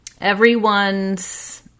everyone's